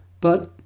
But